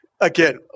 Again